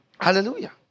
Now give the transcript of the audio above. hallelujah